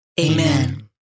Amen